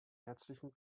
herzlichen